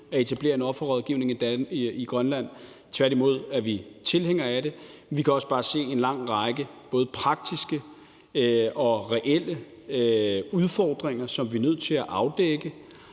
at etablere en offerrådgivning i Grønland; tværtimod er vi tilhængere af det. Vi kan også bare se en lang række både praktiske og reelle udfordringer, som vi er nødt til at afdække,